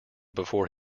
before